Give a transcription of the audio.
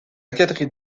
galerie